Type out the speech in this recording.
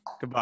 Goodbye